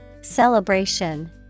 Celebration